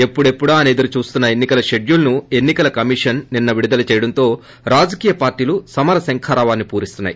ఎప్పుడెప్పుడా అని ఎదురుచూస్తున్న ఎన్ని కల షెడ్యూల్ను ఎన్నికల కమిషన్ నిన్న విడుదల చేయడంతో రాజకీయ పార్లీలు సమర శంఖారావం పూరిస్తున్నారు